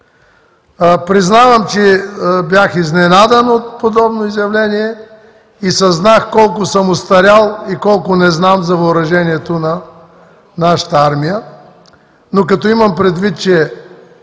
Признавам, че бях изненадан от подобно изявление и съзнах колко съм остарял и колко не знам за въоръжението на нашата армия, като имам предвид, че